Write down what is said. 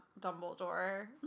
Dumbledore